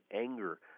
anger